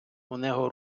унего